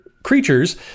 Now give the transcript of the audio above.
Creatures